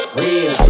real